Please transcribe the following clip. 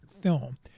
film